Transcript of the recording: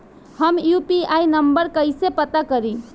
हम UPI number कइसे पता करी?